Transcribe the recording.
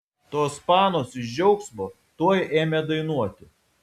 tos panos iš džiaugsmo tuoj ėmė dainuoti